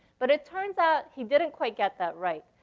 but it turns out he didn't quite get that right.